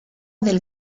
del